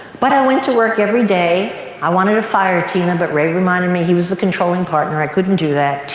but i went to work every day. i wanted to fire tina, but ray reminded me he was the controlling partner. i couldn't do that.